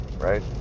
right